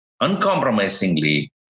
uncompromisingly